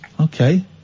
Okay